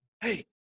hey